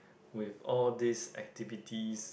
with all this activities